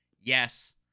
Yes